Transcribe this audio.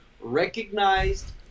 recognized